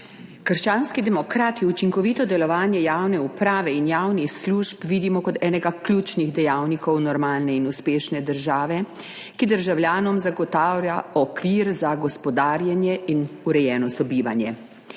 Krščanski demokrati učinkovito delovanje javne uprave in javnih služb vidimo kot enega ključnih dejavnikov normalne in uspešne države, ki državljanom zagotavlja okvir za gospodarjenje in urejeno sobivanje.